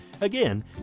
Again